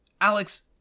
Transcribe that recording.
Alex